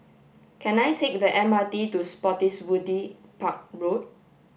can I take the M R T to Spottiswoode Park Road